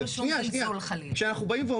שנייה, שנייה.